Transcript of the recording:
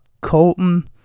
Colton